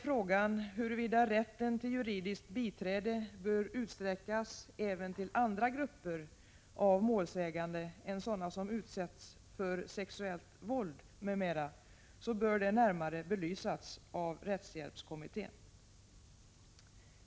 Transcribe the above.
Frågan om rätten till juridiskt biträde bör utsträckas även till andra grupper av målsägande än sådana som utsatts för sexuellt våld m.m. bör närmare belysas av rättshjälpskommittén.